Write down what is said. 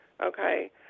okay